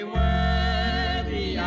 worthy